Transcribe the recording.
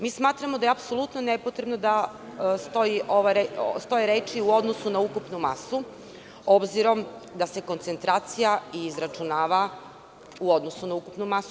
Mi smatramo da je apsolutno nepotrebno da stoje reči „u odnosu na ukupnu masu“, obzirom da se koncentracija izračunava u odnosu na ukupnu masu.